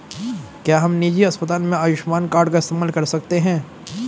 क्या हम निजी अस्पताल में आयुष्मान कार्ड का इस्तेमाल कर सकते हैं?